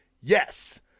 Yes